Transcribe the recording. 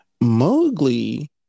Mowgli